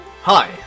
Hi